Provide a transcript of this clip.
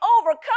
overcome